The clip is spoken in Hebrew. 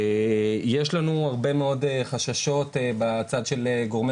יש לנו הרבה מאוד חששות בצד של גורמי